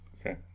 okay